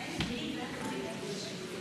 אני קובע כי הצעת חוק לשכת עורכי הדין